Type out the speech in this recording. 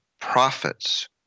prophets